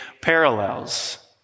parallels